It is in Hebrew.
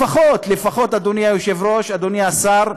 לפחות, לפחות, אדוני היושב-ראש, אדוני השר,